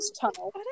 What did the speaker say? tunnel